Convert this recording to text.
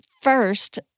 First